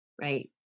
right